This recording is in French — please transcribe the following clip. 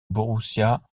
borussia